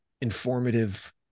informative